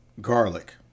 Garlic